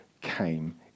came